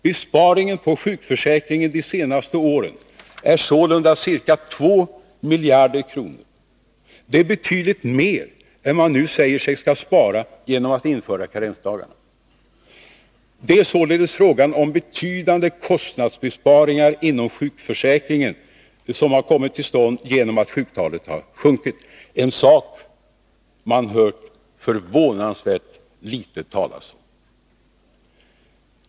Besparingen på sjukförsäkringen de senaste åren är sålunda ca 2 miljarder kronor. Det är betydligt mer än vad man nu säger sig skall spara genom att införa karensdagarna. Det är således fråga om betydande kostnadsbesparingar inom sjukförsäkringen som har kommit till stånd genom att sjuktalet har sjunkit — en sak man hört förvånansvärt litet talas om.